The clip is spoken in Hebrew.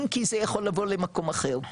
אם כי זה יכול לבוא למקום אחר.